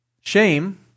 Shame